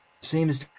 seems